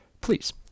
please